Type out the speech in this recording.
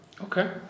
Okay